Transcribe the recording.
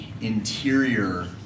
interior